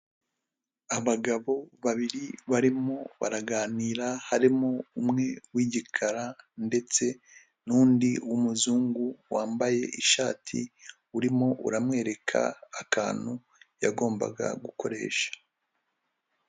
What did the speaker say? Abagabo babiri barimo baraganira harimo umwe w'igikara ndetse n'undi w'umuzungu wambaye ishati urimo uramwereka akantu yagombaga gukoresha.